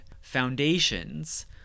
foundations